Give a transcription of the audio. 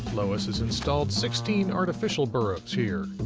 lois has installed sixteen artificial burrows here.